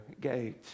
gate